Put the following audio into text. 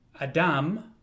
Adam